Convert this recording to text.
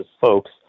folks